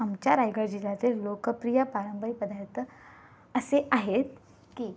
आमच्या रायगड जिल्ह्यातील लोकप्रिय पारंपरिक पदार्थ असे आहेत की